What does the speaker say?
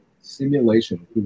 simulation